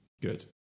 Good